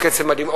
הוא קצב מדהים.